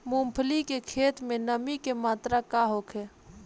मूँगफली के खेत में नमी के मात्रा का होखे?